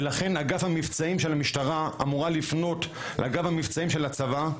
ולכן אגף המבצעים של המשטרה אמורה לפנות לאגף המבצעים של הצבא,